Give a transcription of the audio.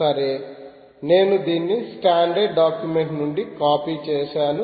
సరే నేను దీన్ని స్టాండర్డ్ డాక్యుమెంట్ నుండి కాపీ చేసాను